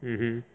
mmhmm